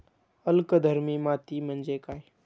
अल्कधर्मी माती म्हणजे काय?